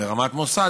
ברמת מוסד,